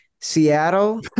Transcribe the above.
seattle